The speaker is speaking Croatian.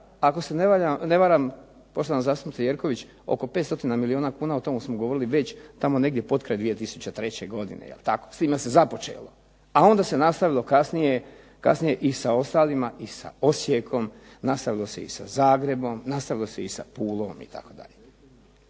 ako se ne varam poštovana zastupnice Jerković oko 500 milijuna kuna, o tome smo govorili već tamo negdje potkraj 2003. godine jel tako, s time se započelo, a onda se nastavilo kasnije i sa ostalima i sa Osijekom, nastavilo se i sa Zagrebom, nastavilo se i sa Pulom itd.